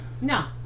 no